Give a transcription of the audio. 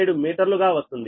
07 మీటర్లు గా వస్తుంది